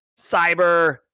cyber